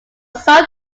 sold